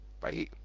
Bye